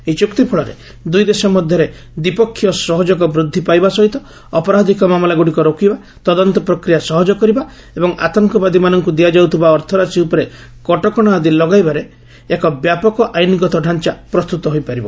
ଏହି ଚୁକ୍ତି ଫଳରେ ଦୁଇ ଦେଶ ମଧ୍ୟରେ ଦ୍ୱିପାକ୍ଷୀୟ ସହଯୋଗ ବୃଦ୍ଧି ପାଇବା ସହିତ ଅପରାଧିକ ମାମଲାଗୁଡ଼ିକ ରୋକିବା ତଦନ୍ତ ପ୍ରକ୍ରିୟା ସହଜ କରିବା ଏବଂ ଆତଙ୍କବାଦୀମାନଙ୍କୁ ଦିଆଯାଉଥିବା ଅର୍ଥରାଶି ଉପରେ କଟକଣା ଆଦି ଲଗାଇବାରେ ଏକ ବ୍ୟାପକ ଆଇନ୍ଗତ ଡାଞ୍ଚା ପ୍ରସ୍ତୁତ ହୋଇପାରିବ